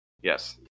Yes